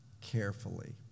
carefully